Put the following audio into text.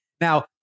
Now